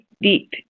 deep